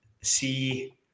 see